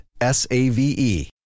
S-A-V-E